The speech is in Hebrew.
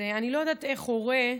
אני לא יודעת איך הורה,